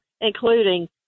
including